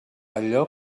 allò